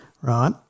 right